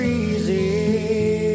easy